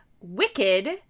Wicked